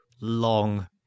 long